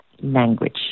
language